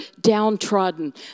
downtrodden